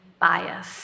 bias